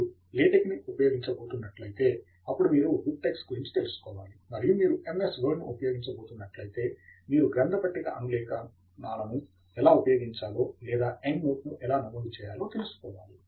మీరు లేటెక్ ని ఉపయోగించబోతున్నట్లయితే అప్పుడు మీరు బిబ్ టెక్స్ గురించి తెలుసుకోవాలి మరియు మీరు MS వర్డ్ ను ఉపయోగించబోతున్నట్లయితే మీరు గ్రంథ పట్టిక అనులేఖనాలను ఎలా ఉపయోగించాలో లేదా ఎండ్ నోట్ ను ఎలా నమోదు చేయాలో తెలుసుకోవాలి